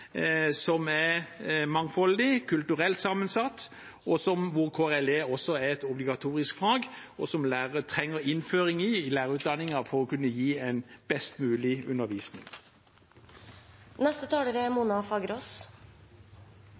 som er mangfoldig kulturelt sammensatt, og hvor KRLE også er et obligatorisk fag, som lærere trenger innføring i i lærerutdanningen for å kunne gi best mulig